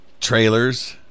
trailers